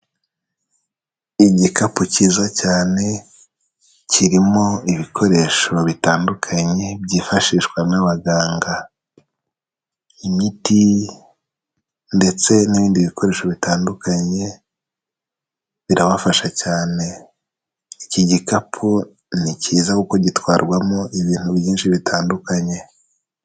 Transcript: Igikapu cyiza cyane kirimo ibikoresho bitandukanye byifashishwa n'abaganga imiti ndetse n'ibindi bikoresho bitandukanye birabafasha cyane iki gikapu ni cyiza kuko gitwarwamo ibintu byinshi bitandukanye.